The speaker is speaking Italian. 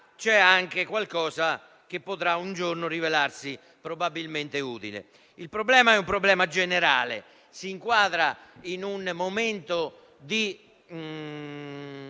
c'è anche qualcosa che potrà un giorno rivelarsi probabilmente utile. Il problema è di carattere generale e si inquadra in un momento di